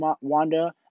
Wanda